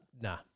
nah